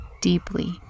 deeply